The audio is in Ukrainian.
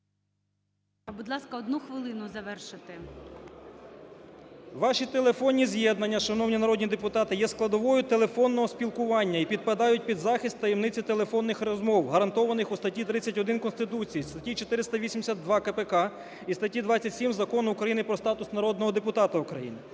Ваші телефонні з'єднання, шановні народні депутати, є складовою телефонного спілкування і підпадають під захист таємниці телефонних розмов, гарантованих у статті 31 Конституції, статті 482 КПК і статті 27 Закону України "Про статус народного депутата України".